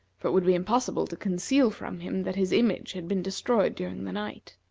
for it would be impossible to conceal from him that his image had been destroyed during the night.